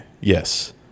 yes